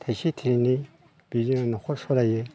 थाइसे थाइनै बेजोंनो आं न'खर सालायो